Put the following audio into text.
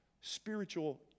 spiritual